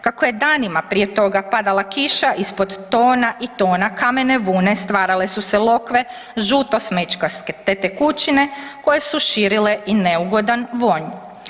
Kako je danima prije toga padala kiša, ispod tona i tona kamene vune stvarale su se lokve žuto smećkaste te tekućine koje su širile i neugodan vonj.